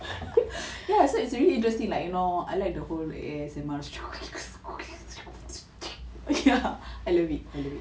ya so it's really interesting like you know I like the whole A_S_M_R thing I love it I love it